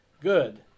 Good